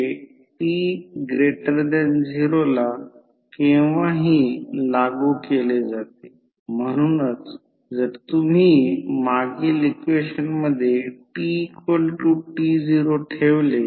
म्हणून V1 N1 ∅ ∅m असेल ज्याला sin ω t म्हणतात जर डेरिव्हेटिव्ह घेतले तर ते N1∅m ω cos ω t असेल